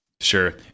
Sure